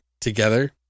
together